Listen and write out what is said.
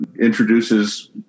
introduces